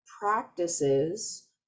practices